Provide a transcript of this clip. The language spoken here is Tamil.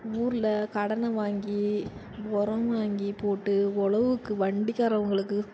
ஊரில் கடனை வாங்கி உரம் வாங்கி போட்டு உலவுக்கு வண்டிக்காரவங்களுக்கு